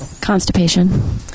Constipation